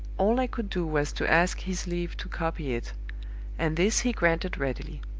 all i could do was to ask his leave to copy it and this he granted readily.